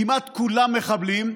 כמעט כולם מחבלים,